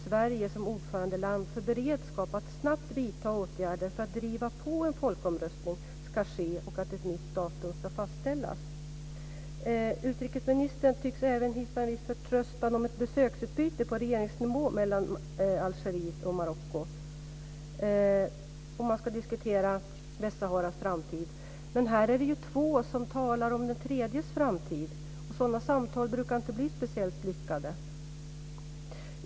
Sverige som ordförandeland för beredskap att snabbt vidta åtgärder för att driva på att en folkomröstning ska ske och att ett nytt datum ska fastställas? Utrikesministern tycks även hysa en viss förtröstan om ett besöksutbyte på regeringsnivå mellan Algeriet och Marocko där man ska diskutera Västsaharas framtid. Men här är det ju två som talar om den tredjes framtid. Sådana samtal brukar inte bli speciellt lyckade.